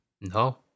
No